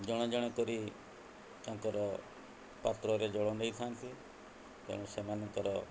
ଜଣଜଣ କରି ତାଙ୍କର ପାତ୍ରରେ ଜଳ ନେଇଥାନ୍ତି ତେଣୁ ସେମାନଙ୍କର